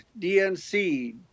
DNC